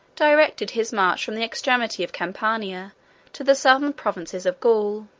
directed his march from the extremity of campania to the southern provinces of gaul.